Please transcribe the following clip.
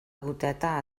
goteta